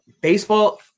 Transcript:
baseball